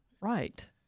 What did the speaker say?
right